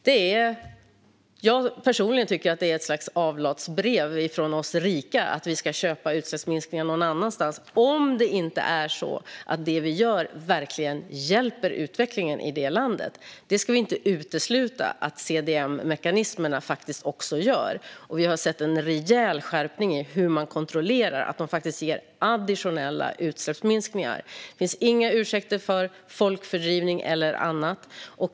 Jag tycker personligen att det är ett slags avlatsbrev för oss rika - vi köper utsläppsminskningar någon annanstans - om det inte är så att det vi gör verkligen hjälper utvecklingen i det landet, vilket vi inte ska utesluta att CDM-mekanismerna faktiskt gör. Vi har sett en rejäl skärpning i hur man kontrollerar att de ger additionella utsläppsminskningar. Det finns inga ursäkter för folkfördrivning eller annat.